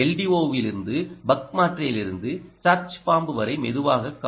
ஓ விலிருந்து பக் மாற்றியிலிருந்து charge pump வரை மெதுவாக காணுங்கள்